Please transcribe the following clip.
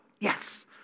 yes